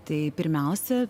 tai pirmiausia